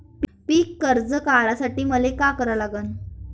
पिक कर्ज काढासाठी मले का करा लागन?